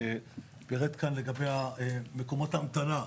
אמר פה, לגבי מקומות ההמתנה,